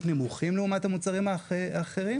אנחנו כבר התחלנו להיערך ליום שאחרי החקיקה וליישום האסדרה.